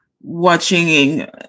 watching